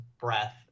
breath